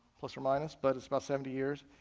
plus or minus, but it's about seventy years,